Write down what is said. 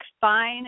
fine